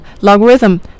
logarithm